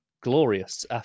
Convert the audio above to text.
glorious